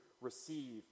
receive